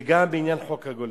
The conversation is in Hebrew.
וגם בעניין חוק הגולן.